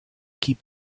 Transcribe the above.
keep